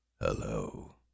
Hello